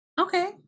Okay